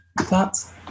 Thoughts